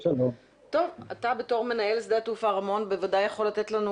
אתה בתור מנהל שדה התעופה רמון בוודאי יכול לתת לנו